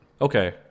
Okay